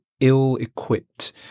ill-equipped